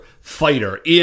fighter